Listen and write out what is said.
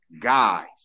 guys